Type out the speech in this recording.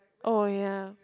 orh ya